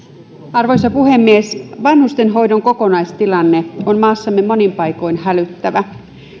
arvoisa puhemies vanhustenhoidon kokonaistilanne on maassamme monin paikoin hälyttävä